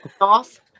off